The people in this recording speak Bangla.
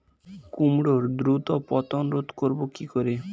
কুমড়োর দ্রুত পতন রোধ করব কি করে?